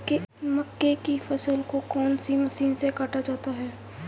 मक्के की फसल को कौन सी मशीन से काटा जाता है?